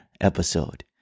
episode